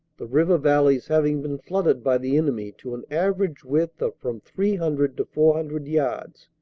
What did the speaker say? the river valleys having been flooded by the enemy to an average width of from three hundred to four hundred yards,